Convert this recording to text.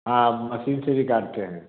हाँ मसीन से भी काटते हैं